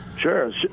Sure